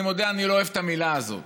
אני מודה, אני לא אוהב את המילה הזאת,